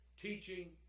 teaching